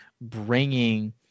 bringing